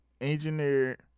engineered